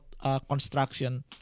construction